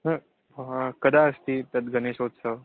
हा कदा अस्ति तद् गणेशोत्सवः